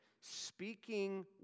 speaking